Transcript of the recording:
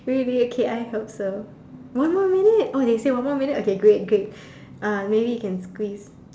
really okay I hope so one more minute oh they say one more minute okay great great uh maybe can squeeze